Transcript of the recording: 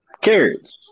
carrots